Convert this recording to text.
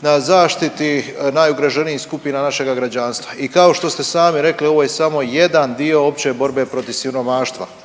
na zaštiti najugroženijih skupina našega građanstva. I kao što ste sami rekli ovo je samo jedan dio opće borbe protiv siromaštva